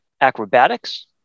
acrobatics